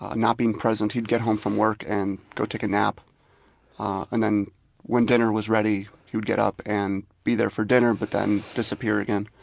ah not being present. he'd get home from work and go take a nap and then when dinner was ready, he get up and be there for dinner but then disappear again.